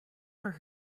for